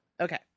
Okay